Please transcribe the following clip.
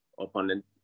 opponent